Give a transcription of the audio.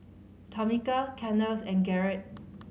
Tamica Kennth and Garret